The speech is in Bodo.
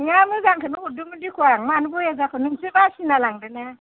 नङा मोजांखौनो हरदोंमोन दिखु आं मानो बया जाखो नोंसो बासिना लांदोना